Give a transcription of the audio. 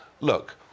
look